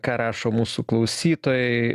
ką rašo mūsų klausytojai